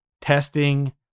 testing